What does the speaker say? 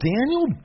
Daniel